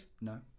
No